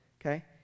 okay